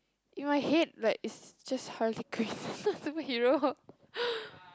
in my head like is just Harley-Quinn superhero